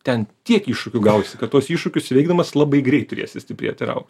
ten tiek iššūkių gausi kad tuos iššūkius įveikdamas labai greit turėsi stiprėt ir augt